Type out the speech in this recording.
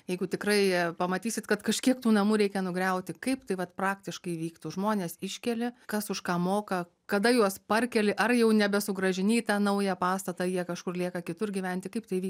jeigu tikrai pamatysit kad kažkiek tų namų reikia nugriauti kaip tai vat praktiškai vyktų žmones iškeli kas už ką moka kada juos parkeli ar jau nebesugrąžini į tą naują pastatą jie kažkur lieka kitur gyventi kaip tai